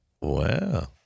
wow